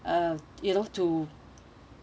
uh you know to